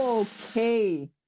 Okay